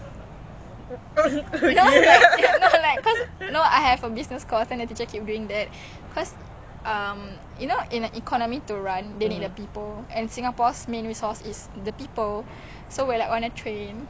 no I'm like is it nine to five also your job then how shift is it !wow!